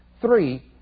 Three